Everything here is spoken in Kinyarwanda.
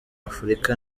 afrika